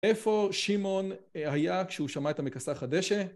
איפה שמעון היה כשהוא שמע את המכסחת דשא?